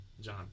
John